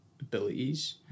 abilities